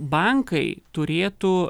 bankai turėtų